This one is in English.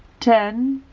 ten